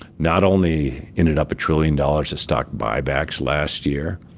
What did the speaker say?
not only ended up a trillion dollars of stock buybacks last year,